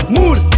Mood